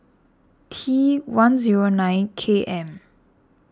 T one zero nine K M